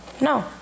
No